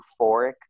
euphoric